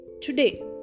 Today